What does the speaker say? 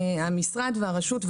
המשרד והרשות,